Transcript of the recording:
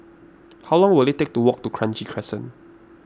how long will it take to walk to Kranji Crescent